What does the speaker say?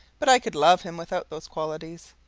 but i could love him without those qualities.